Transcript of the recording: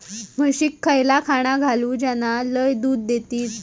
म्हशीक खयला खाणा घालू ज्याना लय दूध देतीत?